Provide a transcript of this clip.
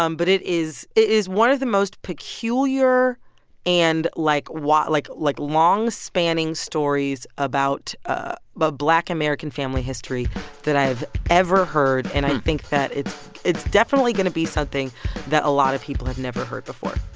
um but it is is one of the most peculiar and, like, like like long-spanning stories about ah but black american family history that i have ever heard. and i think that it's it's definitely going to be something that a lot of people have never heard before